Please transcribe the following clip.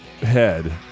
head